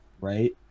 right